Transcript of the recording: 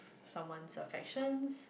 someone affection